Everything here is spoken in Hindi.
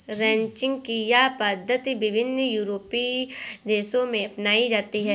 रैंचिंग की यह पद्धति विभिन्न यूरोपीय देशों में अपनाई जाती है